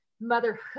motherhood